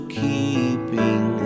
keeping